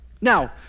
Now